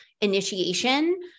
initiation